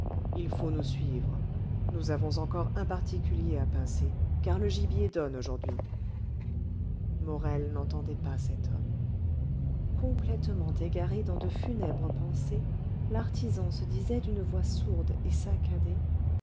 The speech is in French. il faut nous suivre nous avons encore un particulier à pincer car le gibier donne aujourd'hui morel n'entendait pas cet homme complètement égaré dans de funèbres pensées l'artisan se disait d'une voix sourde et saccadée